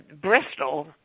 Bristol